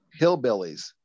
hillbillies